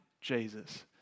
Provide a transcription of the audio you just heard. Jesus